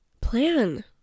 plan